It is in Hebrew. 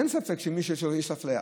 אין ספק שיש אפליה.